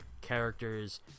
characters